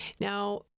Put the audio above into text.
Now